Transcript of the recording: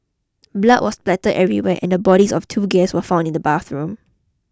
blood was spattered everywhere and the bodies of the two guests were found in the bathroom